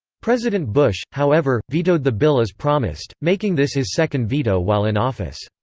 president bush, however, vetoed the bill as promised, making this his second veto while in office.